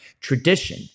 tradition